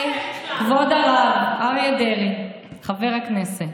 כבוד הרב אריה דרעי, חבר הכנסת,